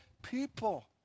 people